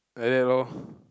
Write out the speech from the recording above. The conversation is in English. like that lor